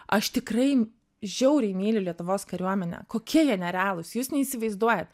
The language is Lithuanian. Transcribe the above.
aš tikrai žiauriai myliu lietuvos kariuomenę kokie jie nerealūs jūs neįsivaizduojat